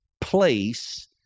place